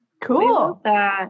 Cool